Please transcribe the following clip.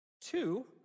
Two